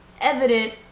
evident